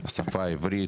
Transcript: השפה העברית,